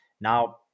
Now